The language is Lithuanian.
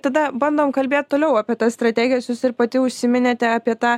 tada bandom kalbėt toliau apie tas strategijas jūs ir pati užsiminėte apie tą